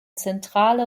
zentrale